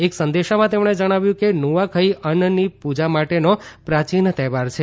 એક સંદેશામાં તેમણે જણાવ્યું કે નુઆખઈ અનાજની પૂજા માટેનો પ્રાચીન તહેવાર છે